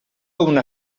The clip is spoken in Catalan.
una